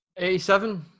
87